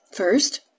First